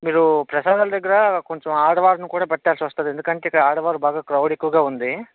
మీరూ ప్రసాదాల దగ్గర కొంచుం ఆడవారిని కూడా పెట్టాలిసొస్తది ఎందుకంటే ఇక్కడ ఆడవారు బాగా క్రౌడ్ ఎక్కువగా ఉంది